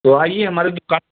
तो आइए हमारी दुकान